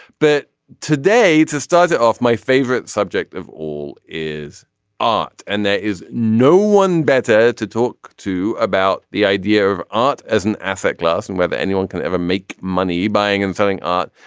but today to start it off my favorite subject of all is art. and there is no one better to talk to about the idea of art as an asset class and whether anyone can ever make money buying and selling art.